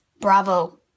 Bravo